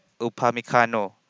Upamikano